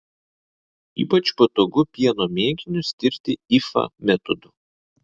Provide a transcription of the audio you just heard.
ypač patogu pieno mėginius tirti ifa metodu